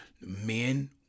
men